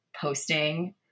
posting